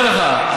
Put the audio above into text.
אני אומר לך,